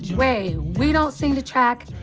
way. we don't sing to track,